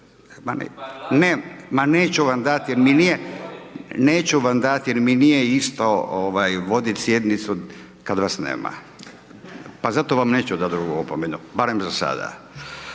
neću vam dati jer mi nije isto vodit sjednicu kad vas nema pa zato vam neću dati drugu opomenu, barem za sada.